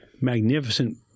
magnificent